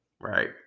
right